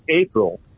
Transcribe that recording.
April